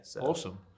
Awesome